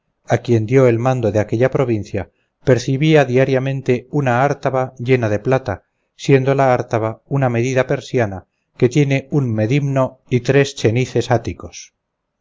a quien dio el mando de aquella provincia percibía diariamente una ártaba llena de plata siendo la ártaba una medida persiana que tiene un medimno y tres chenices áticos